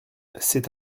c’est